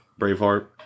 Braveheart